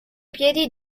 piedi